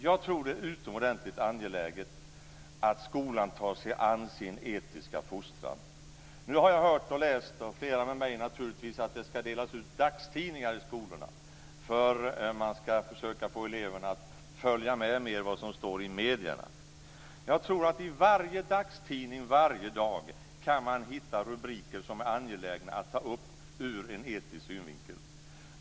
Jag tror att det är utomordentligt angeläget att skolan tar sig an sin etiska fostran. Nu har jag läst och hört - och naturligtvis flera med mig - att det ska delas ut dagstidningar i skolorna, för man ska försöka få eleverna att mer följa med vad som står i medierna. Jag tror att man i varje dagstidning varje dag kan hitta rubriker som är angelägna att ta upp ur en etisk synvinkel.